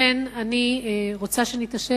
לכן אני רוצה שנתעשת,